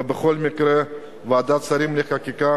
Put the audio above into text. ובכל מקרה ועדת שרים לחקיקה